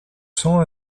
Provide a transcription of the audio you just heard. cents